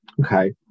Okay